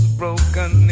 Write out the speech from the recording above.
broken